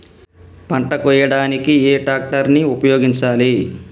పంట కోయడానికి ఏ ట్రాక్టర్ ని ఉపయోగించాలి?